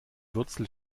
wurzel